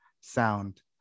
sound